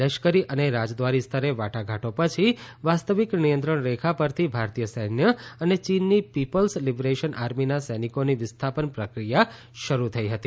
લશ્કરી અને રાજદ્વારી સ્તરે વાટાઘાટો પછી વાસ્તવિક નિયંત્રણ રેખા પરથી ભારતીય સૈન્ય અને ચીનની પીપલ્સ લિબરેશન આર્મીના સૈનિકોની વિસ્થાપન પ્રક્રિયા શરૂ થઇ હતી